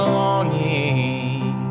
longing